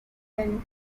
well